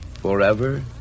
forever